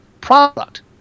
product